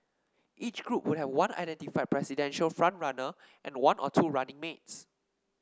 each group would have one identified presidential front runner and one or two running mates